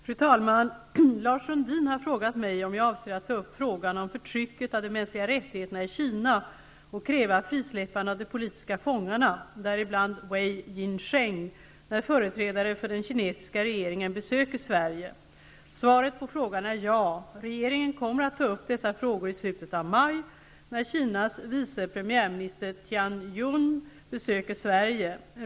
Fru talman! Lars Sundin har frågat mig om jag avser att ta upp frågan om förtrycket av de mänskliga rättigheterna i Kina och kräva frisläppande av de politiska fångarna, däribland Wei Jinsheng, när företrädare för den kinesiska regeringen besöker Sverige. Svaret på frågan är ja. Regeringen kommer att ta upp dessa frågor i slutet av maj när Kinas vice premiärminister Tian Jiyun besöker Sverige.